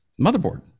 motherboard